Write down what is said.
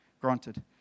granted